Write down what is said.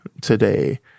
today